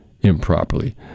improperly